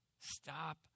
stop